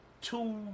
two